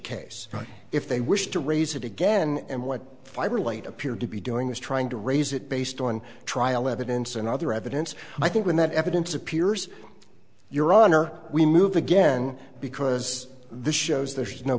case if they wish to raise it again and what fiber light appeared to be doing is trying to raise it based on trial evidence and other evidence i think when that evidence appears your honor we move again because this shows there's no